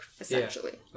essentially